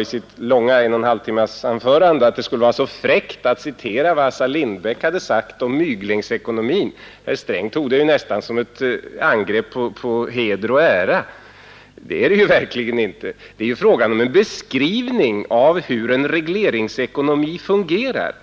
i sitt en och en halv timme långa anförande — att det skulle vara fräckt att citera vad Assar Lindbeck hade sagt om myglingsekonomin. Herr Sträng tog det nästan som ett angrepp på heder och ära. Det är det verkligen inte; det är fråga om en beskrivning av hur en regleringsekonomi fungerar.